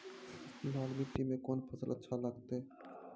लाल मिट्टी मे कोंन फसल अच्छा लगते?